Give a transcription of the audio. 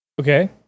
okay